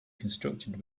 constructed